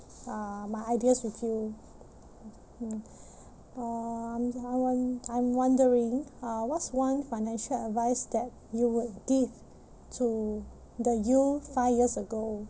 uh my ideas with you mm uh I'm I won~ I'm wondering uh what's one financial advice that you would give to the you five years ago